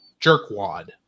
jerkwad